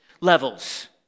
levels